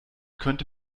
könnte